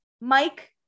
Mike